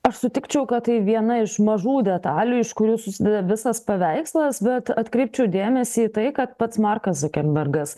aš sutikčiau kad tai viena iš mažų detalių iš kurių susideda visas paveikslas bet atkreipčiau dėmesį į tai kad pats markas zukerbergas